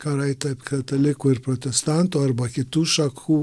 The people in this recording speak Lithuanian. karai tarp katalikų ir protestantų arba kitų šakų